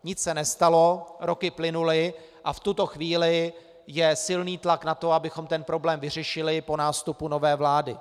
Nic se nestalo, roky plynuly a v tuto chvíli je silný tlak na to, abychom ten problém vyřešili po nástupu nové vlády.